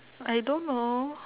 I don't know